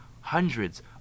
hundreds